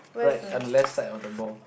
right on left side of the ball